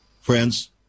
Friends